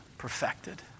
perfected